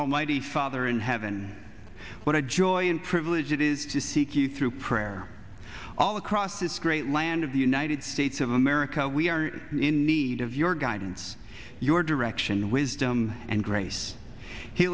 almighty father in heaven what a joy and privilege it is to seek you through prayer all across this great land of the united states of america we are in need of your guidance your direction wisdom and grace he